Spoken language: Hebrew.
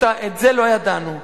את זה לא ידענו.